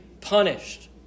punished